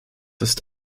ist